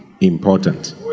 important